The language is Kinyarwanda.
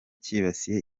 kibasiye